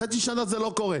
חצי שנה זה לא קורה.